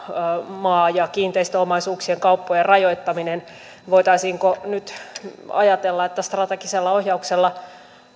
maa ja kiinteistöomaisuuksien kauppojen rajoittaminen voitaisiinko nyt ajatella että strategisella ohjauksella